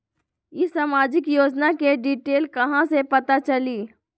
ई सामाजिक योजना के डिटेल कहा से पता चली?